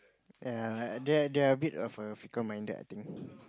ya they are they are a bit of a fickle minded I think